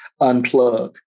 unplug